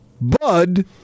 Bud